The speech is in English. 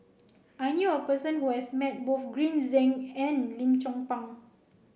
I knew a person who has met both Green Zeng and Lim Chong Pang